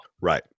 Right